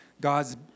God's